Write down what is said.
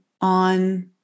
on